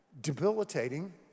debilitating